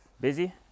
Busy